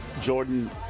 Jordan